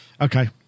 Okay